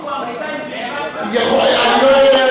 שביצעו האמריקנים בעירק אני לא יודע,